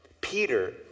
Peter